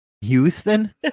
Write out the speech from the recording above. Houston